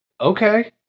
Okay